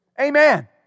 Amen